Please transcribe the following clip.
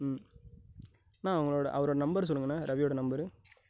ம் அண்ணா அவங்களோட அவரோடய நம்பர் சொல்லுங்கண்ணா ரவியோடய நம்பரு